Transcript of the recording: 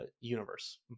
universe